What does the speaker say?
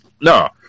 no